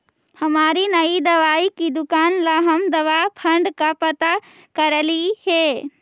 हमारी नई दवाई की दुकान ला हम दवा फण्ड का पता करलियई हे